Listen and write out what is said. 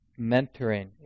mentoring